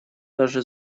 даже